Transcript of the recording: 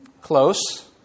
Close